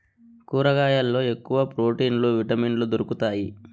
కూరగాయల్లో ఎక్కువ ప్రోటీన్లు విటమిన్లు దొరుకుతాయి